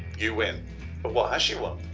you win but what has she won?